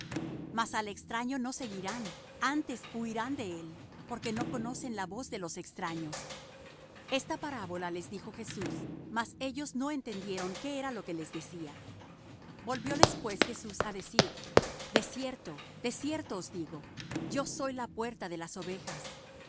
mas al extraño no seguirán antes huirán de él porque no conocen la voz de los extraños esta parábola les dijo jesús mas ellos no entendieron qué era lo que les decía volvióles pues jesús á decir de cierto de cierto os digo yo soy la puerta de las ovejas